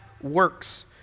works